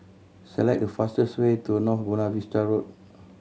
select the fastest way to North Buona Vista Road